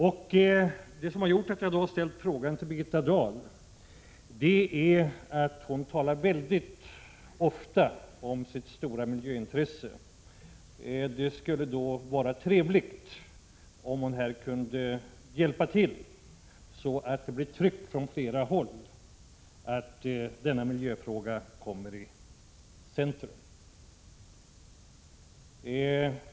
Anledningen till att jag ställde frågan till Birgitta Dahl är att hon väldigt ofta talar om sitt stora miljöintresse. Det hade varit trevligt om hon här hade kunnat hjälpa till, så att det blev ett tryck från flera håll på att denna miljöfråga kommer i centrum.